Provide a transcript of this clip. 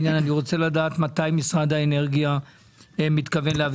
אני רוצה לדעת מתי משרד האנרגיה מתכוון להביא